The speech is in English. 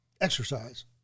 Exercise